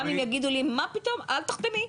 גם אם יגידו לי מה פתאום, אל תחתמי.